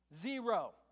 Zero